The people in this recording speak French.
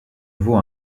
vaut